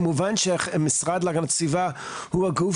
כמובן שהמשרד להגנת הסביבה הוא הגוף